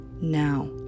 Now